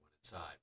inside